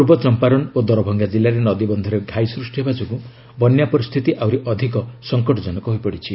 ପୂର୍ବ ଚମ୍ପାରନ୍ ଓ ଦରଭଙ୍ଗା ଜିଲ୍ଲାରେ ନଦୀବନ୍ଧରେ ଘାଇ ସୃଷ୍ଟି ହେବା ଯୋଗୁଁ ବନ୍ୟା ପରିସ୍ଥିତି ଆହୁରି ଅଧିକ ସଂକଟଜନକ ହୋଇପଡ଼ିଛି